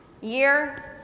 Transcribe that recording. year